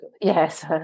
Yes